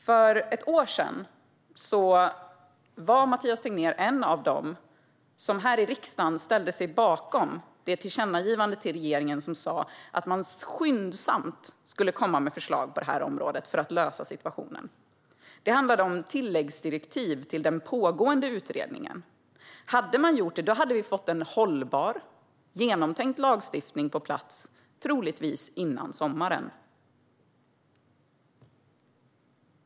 För ett år sedan var Mathias Tegnér en av dem som här i riksdagen ställde sig bakom det tillkännagivande till regeringen som sa att man skyndsamt skulle komma med förslag på det här området för att lösa situationen. Det handlade om att ge ett tilläggsdirektiv till den pågående utredningen. Hade man gjort det hade vi fått en hållbar, genomtänkt lagstiftning på plats, troligtvis före sommaren.